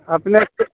अपनेके